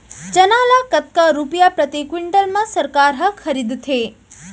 चना ल कतका रुपिया प्रति क्विंटल म सरकार ह खरीदथे?